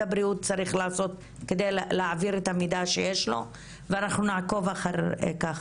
הבריאות צריך לעשות כדי להעביר את המידע שיש לו ואנחנו נעקוב אחרי זה.